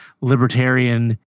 libertarian